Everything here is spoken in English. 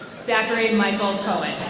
zachary and michael um kohen.